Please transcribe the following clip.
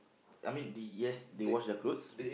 I mean they yes they wash their clothes